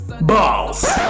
Balls